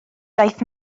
daeth